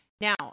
Now